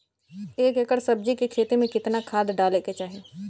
एक एकड़ सब्जी के खेती में कितना खाद डाले के चाही?